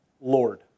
Lord